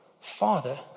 Father